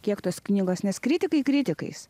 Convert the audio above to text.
kiek tos knygos nes kritikai kritikais